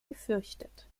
gefürchtet